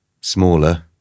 smaller